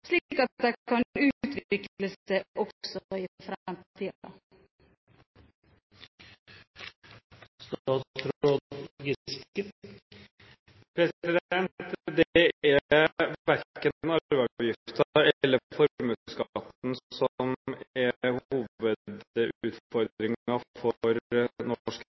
slik at de kan utvikle seg også i fremtiden? Det er verken arveavgiften eller formuesskatten som er hovedutfordringen for norsk